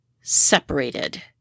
separated